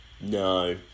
No